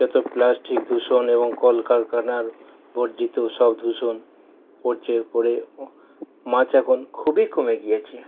যত প্লাস্টিক দূষণ এবং কলকারখানার বর্জিত সব দূষণ পড়ছে পড়ে ও মাছ এখন খুবই কমে গিয়েছে